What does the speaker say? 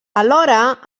alhora